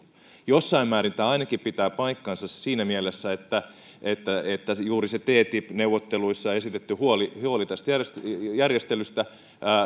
jossain määrin tämä pitää paikkansa ainakin siinä mielessä että että juuri se ttip neuvotteluissa esitetty huoli tästä järjestelystä järjestelystä